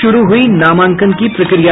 शुरू हुई नामांकन की प्रक्रिया